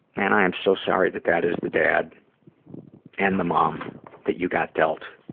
and i am so sorry that that is the dad and the mom that you got dealt,